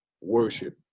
worship